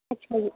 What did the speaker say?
ਅੱਛਾ ਜੀ